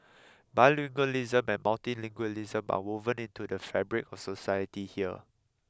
bilingualism and multilingualism are woven into the fabric of society here